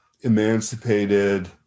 emancipated